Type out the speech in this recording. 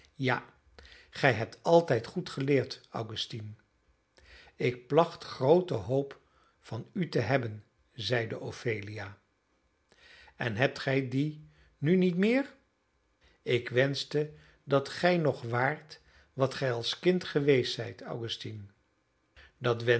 ja gij hebt altijd goed geleerd augustine ik placht groote hoop van u te hebben zeide ophelia en hebt gij die nu niet meer ik wenschte dat gij nog waart wat gij als kind geweest zijt augustine dat